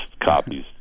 copies